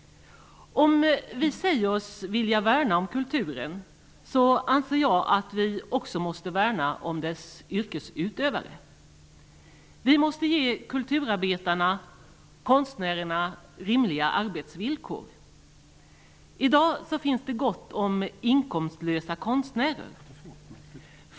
Om vi säger oss vilja värna om kulturen, anser jag att vi också måste värna om dess yrkesutövare. Vi måste ge kulturarbetarna/konstnärerna rimliga arbetsvillkor. I dag finns det gott om inkomstlösa konstnärer.